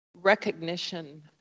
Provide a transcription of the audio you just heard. recognition